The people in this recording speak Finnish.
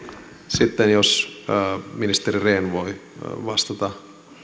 sitten jos ministeri rehn voi vastata